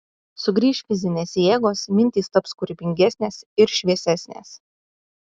sugrįš fizinės jėgos mintys taps kūrybingesnės ir šviesesnės